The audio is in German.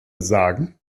sagen